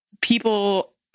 people